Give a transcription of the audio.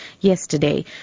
yesterday